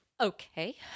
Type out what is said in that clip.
okay